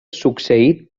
succeït